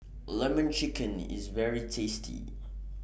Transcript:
Lemon Chicken IS very tasty